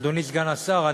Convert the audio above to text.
אדוני סגן השר,